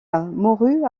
mourut